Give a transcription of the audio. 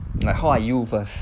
like how are you first